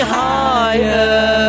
higher